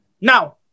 now